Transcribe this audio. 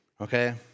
Okay